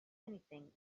anything